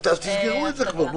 אז תסגרו את זה כבר.